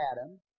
Adam